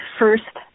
first